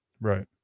Right